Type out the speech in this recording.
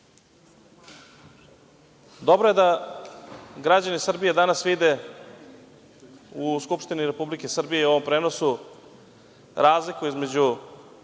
je da građani Srbije danas vide u Skupštini Republike Srbije u ovom prenosu razliku između